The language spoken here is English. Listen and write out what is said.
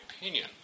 opinion